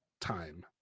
time